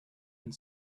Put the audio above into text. and